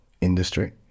industry